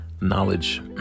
knowledge